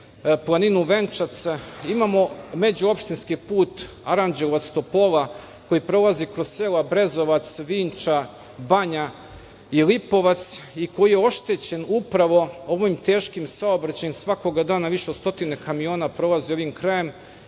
planinu Venčac, imamo međuopštinski put Aranđelovac – Topola koji prolazi kroz sela Brezovac, Vinča, Banja i Lipovac i koji je oštećen upravo ovim teškim saobraćajem svakoga dana više od stotina kamiona prolaze ovim krajem